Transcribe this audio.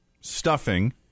stuffing